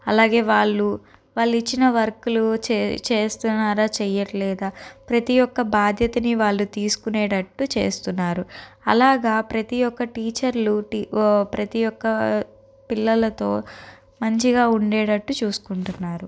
అలాగే వాళ్ళు వాళ్ళు ఇచ్చిన వర్కులు చే చేస్తున్నారా చేయట్లేదా ప్రతి ఒక్క బాధ్యతని వాళ్ళు తీసుకునేటట్లు చేస్తున్నారు అలాగా ప్రతి ఒక్క టీచర్లు లోని ప్రతి ఒక్క పిల్లలతో మంచిగా ఉండేటట్టు చూసుకుంటున్నారు